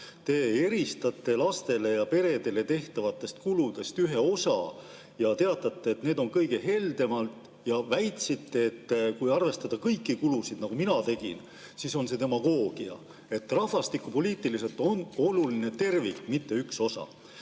Te eristate laste ja perede heaks tehtavatest kulutustest ühe osa ja teatate, et need on kõige heldemad, ning väidate, et kui arvestada kõiki kulutusi, nagu mina seda tegin, siis on see demagoogia. Rahvastikupoliitiliselt on oluline tervik, mitte üks osa.